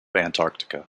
antarctica